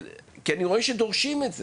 כי אני רואה שדורשים את זה